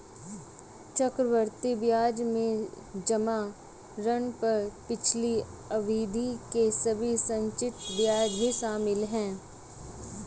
चक्रवृद्धि ब्याज में जमा ऋण पर पिछली अवधि के सभी संचित ब्याज भी शामिल हैं